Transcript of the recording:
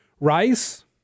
Rice